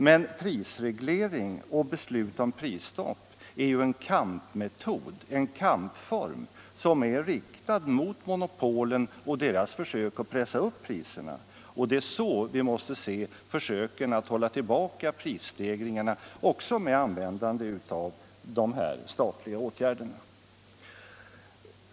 Men prisregleringar och beslut om prisstopp är ju en kampform som är riktad mot monopolen och deras försök att pressa upp priserna. Det är så vi måste se försöken att hålla tillbaka prisstegringarna också med användande av statliga åtgärder.